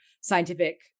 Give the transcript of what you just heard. scientific